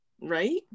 right